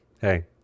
hey